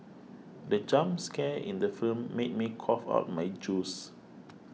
the jump scare in the film made me cough out my juice